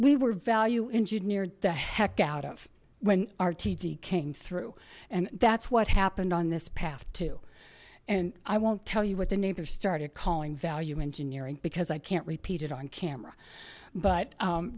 we were value engineered the heck out of when rtd came through and that's what happened on this path and i won't tell you what the neighbors started calling value engineering because i can't repeat it on camera but